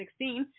2016